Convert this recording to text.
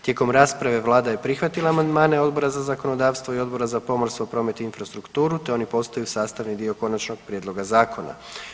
Tijekom rasprave vlada je prihvatila amandmane Odbora za zakonodavstvo i Odbora za pomorstvo, promet i infrastrukturu te oni postaju sastavni dio konačnog prijedloga zakona.